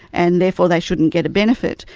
and therefore they shouldn't get a benefit.